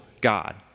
God